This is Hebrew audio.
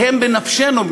שהם בנפשנו,